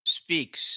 speaks